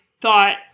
thought